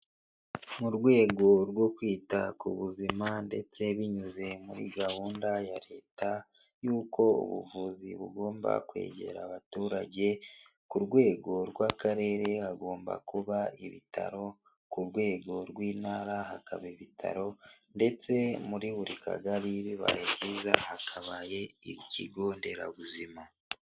Mu rwego rwo kwita ku buzima ndetse binyuze muri gahunda ya leta y'uko ubuvuzi bugomba kwegera abaturage, ku rwego rw'akarere hagomba kuba ibitaro, ku rwego rw'intara hakaba ibitaro ndetse muri buri kagari bibaye byiza hakabaye ikigo nderabuzima.